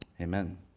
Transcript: Amen